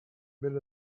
been